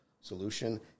solution